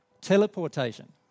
teleportation